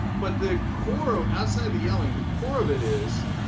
but the core, outside of the yelling, the core of it is